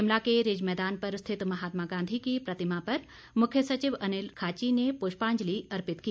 शिमला के रिज मैदान पर स्थित महात्मा गांधी की प्रतिमा पर मुख्य सचिव अनिल खाची ने पुष्पांजलि अर्पित की